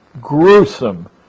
gruesome